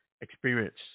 experience